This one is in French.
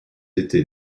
été